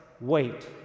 wait